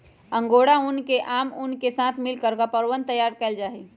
angora ऊन के आम ऊन के साथ मिलकर कपड़वन तैयार कइल जाहई